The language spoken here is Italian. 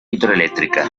idroelettrica